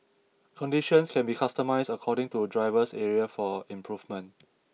conditions can be customised according to driver's area for improvement